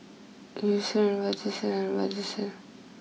Eucerin Vagisil and Vagisil